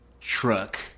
truck